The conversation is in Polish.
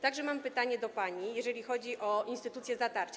Także mam pytanie do pani, jeżeli chodzi o instytucję zatarcia.